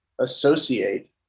associate